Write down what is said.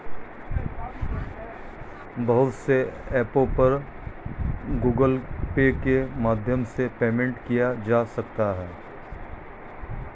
बहुत से ऐपों पर गूगल पे के माध्यम से पेमेंट किया जा सकता है